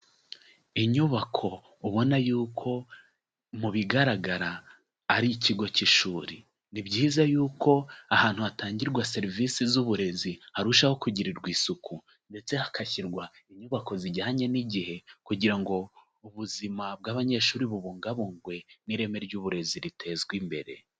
Inyubako ubona y'uko mu bigaragara ari ikigo cy'ishuri, ni byiza y'uko ahantu hatangirwa serivisi z'uburezi, harushaho kugirirwa isuku ndetse hagashyirwa inyubako zijyanye n'igihe kugira ngo ubuzima bw'abanyeshuri bubungwabungwe n'ireme ry'uburezi ritezwe imbere.